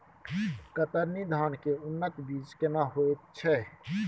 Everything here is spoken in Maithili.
कतरनी धान के उन्नत बीज केना होयत छै?